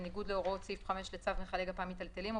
בניגוד להוראות סעיף 5 לצו מכלי גפ"מ מיטלטלים או